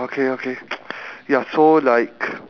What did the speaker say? I would said I would talk like